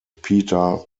peter